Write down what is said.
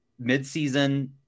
midseason